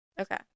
okay